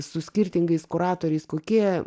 su skirtingais kuratoriais kokie